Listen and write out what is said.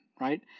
right